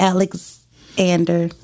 Alexander